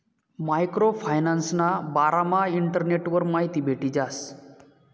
micro फायनान्सना बारामा इंटरनेटवर माहिती भेटी जास